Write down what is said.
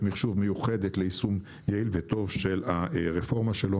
מחשוב מיוחדת ליישום יעיל וטוב של הרפורמה שלו,